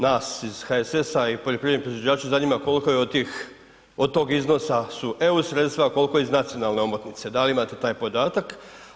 Nas iz HSS-a i poljoprivredne proizvođače zanima koliko je od tih, od tog iznosa su EU sredstva, koliko iz nacionalne omotnice, da li imate taj podatak?